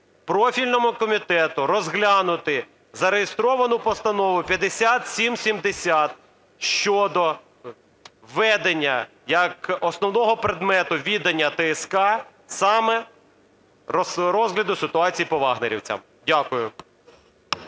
профільному комітету розглянути зареєстровану Постанову 5770 щодо введення як основного предмету відання ТСК саме розгляду ситуації по "вагнерівцям". Дякую.